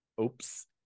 oops